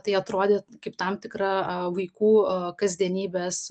tai atrodė kaip tam tikra vaikų kasdienybės